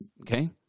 Okay